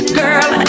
girl